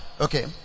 Okay